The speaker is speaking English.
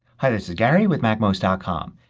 hi, this is gary with macmost ah com.